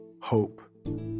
Hope